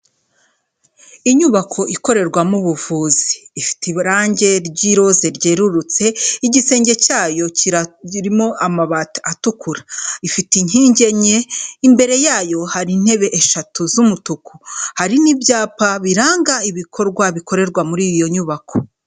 Inyubako ikorerwamo ubuvuzi, ifite i uburange ry'iroze ryerurutse igisenge cyayo kirimo amabati atukura, gifite inkingi enye, imbere yayo hari intebe eshatu z'umutuku hari n'ibyapa biranga ibikorwa bikorerwa muri iyo nyubako.